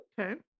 Okay